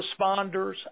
responders